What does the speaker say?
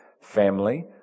family